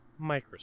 Microsoft